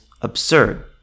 absurd